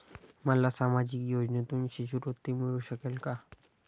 मला सामाजिक योजनेतून शिष्यवृत्ती मिळू शकेल का?